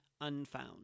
Unfound